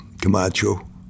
Camacho